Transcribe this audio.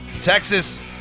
Texas